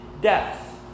death